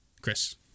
Chris